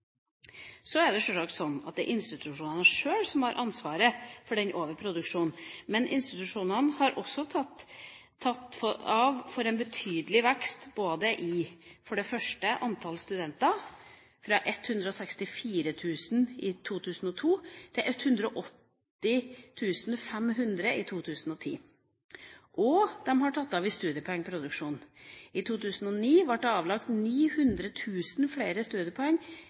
Så er det sjølsagt sånn at det er institusjonene sjøl som har ansvaret for denne overproduksjonen. Men institusjonene har også tatt av for en betydelig vekst både for det første i antall studenter, fra 164 000 i 2002 til 180 500 i 2010, og de har tatt av i studiepoengproduksjon: I 2009 ble det avlagt 900 000 flere studiepoeng